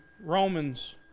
Romans